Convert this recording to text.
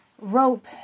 rope